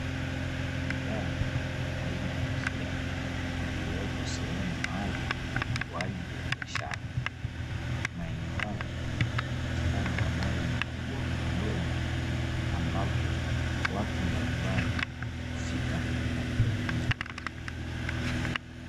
Gari aina ya KIA lililopo sehemu maalumu kwa ajili ya biashara. Maeneo haya hupatikana magari makubwa na madogo ambapo watu mballimbali hufika na kuyanunua.